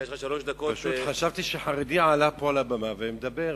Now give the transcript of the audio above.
פשוט חשבתי שחרדי עלה פה על הבמה ומדבר.